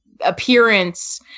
appearance